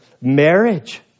marriage